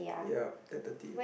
yeap ten thirty